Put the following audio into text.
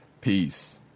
peace